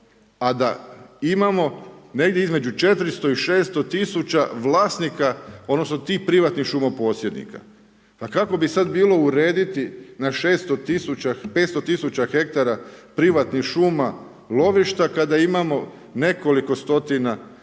a da imamo negdje između 400 i 600 tisuća vlasnika odnosno tih privatnih šumoposjednika. Pa kako bi sad bilo urediti na 600 500 tisuća ha privatnih šuma lovišta kada imamo nekoliko stotina, možda